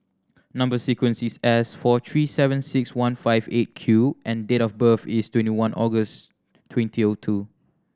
number sequence is S four three seven six one five Eight Q and date of birth is twenty one August twenty O two